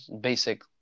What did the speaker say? basic